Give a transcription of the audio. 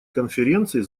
конференции